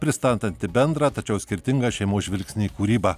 pristatanti bendrą tačiau skirtingą šeimos žvilgsnį į kūrybą